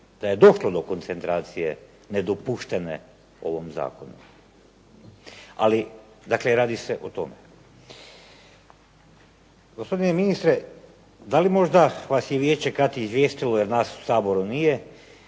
da je došlo do koncentracije nedopuštene u ovom zakonu. Dakle, radi se o tome. Gospodine ministre, da li možda vas je vijeće kad izvjestilo jer nas u Saboru nije,